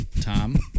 Tom